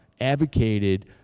advocated